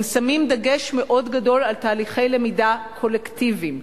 הם שמים דגש מאוד גדול על תהליכי למידה קולקטיביים,